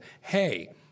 hey